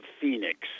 phoenix